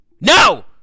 No